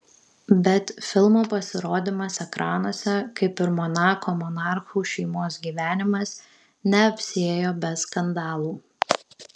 bet filmo pasirodymas ekranuose kaip ir monako monarchų šeimos gyvenimas neapsiėjo be skandalų